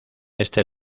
este